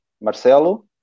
Marcelo